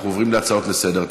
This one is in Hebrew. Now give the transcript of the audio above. אנחנו עוברים להצעות לסדר-היום.